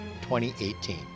2018